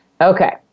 Okay